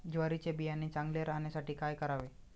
ज्वारीचे बियाणे चांगले राहण्यासाठी काय करावे?